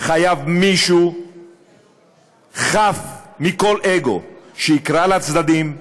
חייב מישהו חף מכל אגו לקרוא לצדדים,